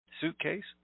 suitcase